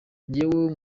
njyewe